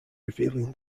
revealing